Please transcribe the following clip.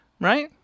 Right